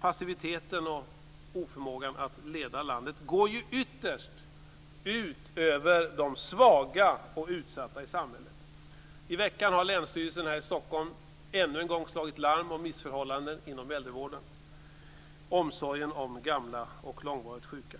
Passiviteten och oförmågan att leda landet går ytterst ut över de svaga och utsatta i samhället. I veckan har länsstyrelsen här i Stockholm ännu en gång slagit larm om missförhållanden inom äldrevården och omsorgen om gamla och långvarigt sjuka.